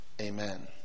Amen